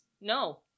no